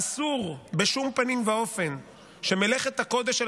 אסור בשום פנים ואופן שמלאכת הקודש של